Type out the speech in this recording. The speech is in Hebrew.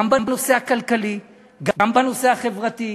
גם בנושא הכלכלי, גם בנושא החברתי.